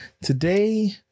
today